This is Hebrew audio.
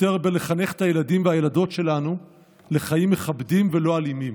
יותר בלחנך את הילדים והילדות שלנו לחיים מכבדים ולא אלימים.